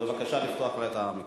בבקשה לפתוח לה את המיקרופון.